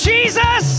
Jesus